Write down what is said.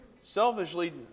selfishly